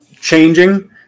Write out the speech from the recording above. changing